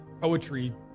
poetry